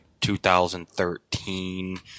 2013